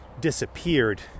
disappeared